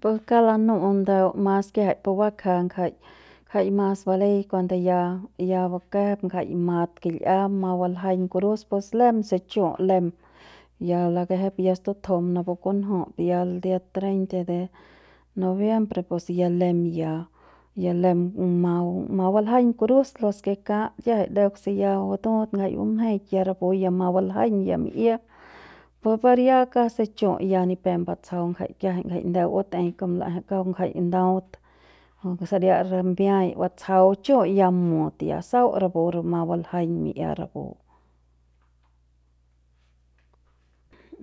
Pus kauk lanu'u ndeu mas kiajai pu bakja ngjai ngjai mas balei kuande ya ya bakejep ngjai mat kil'iam ma baljaiñ kurus pus lem chu lem ya lekejep ya statjum napu kunju ya dia treinta de noviembre pus ya lem ya ya lem ma ma baljaiñ kurus los ke kat kiajai deuk se ya batut jai bumjeiñ rapu ya mabaljaiñ ya mi'ia per ya kasi chu ya ni pep batsjau jai kiajai jai ndeu batei kom la'ejei kauk ngjai ndaut saria rimbiai batsjau chu ya mut ya sau rapupu ma baljaiñ mi'ia rapu